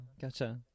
Gotcha